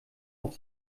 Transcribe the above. auf